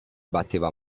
batteva